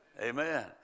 Amen